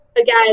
again